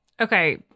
Okay